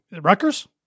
Rutgers